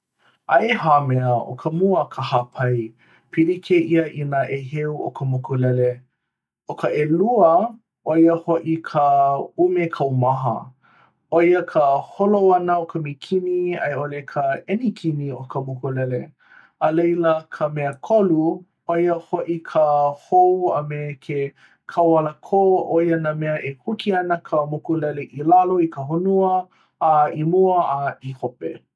aia ʻehā mea, ʻo ka mua ka hāpai pili kēia i nā ʻeheu o ka mokulele ʻo ka ʻelua ʻoia hoʻi ka ʻumekaumaha ʻoia ka holo ʻana o ka mikini a i ʻole ka ʻenikini o ka mokulele a laila ka mea kolu, ʻoia hoʻi ka hou a me ke kauō alakō ʻoia nā mea e huki ana ka mokulele i lalo i ka honua a i mua a i hope